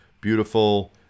beautiful